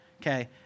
Okay